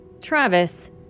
Travis